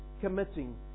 committing